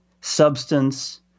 substance